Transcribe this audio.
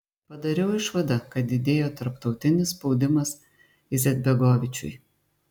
padariau išvadą kad didėjo tarptautinis spaudimas izetbegovičiui